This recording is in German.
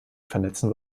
vernetzen